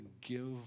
give